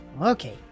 okay